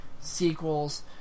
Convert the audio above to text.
sequels